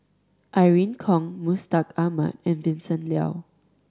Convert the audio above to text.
Irene Khong Mustaq Ahmad and Vincent Leow